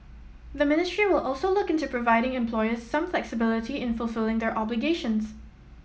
the ministry will also look into providing employers some flexibility in fulfilling their obligations